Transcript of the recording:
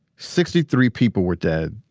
sixty three people were dead,